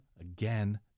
Again